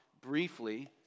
briefly